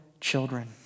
children